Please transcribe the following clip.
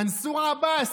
מנסור עבאס,